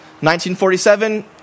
1947